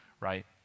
right